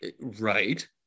Right